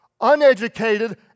uneducated